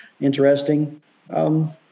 interesting